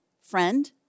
friend